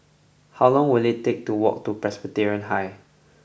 how long will it take to walk to Presbyterian High